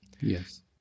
yes